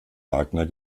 wagner